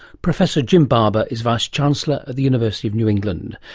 professor jim barber is vice chancellor at the university of new england.